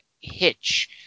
hitch